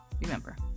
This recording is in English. Remember